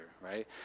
right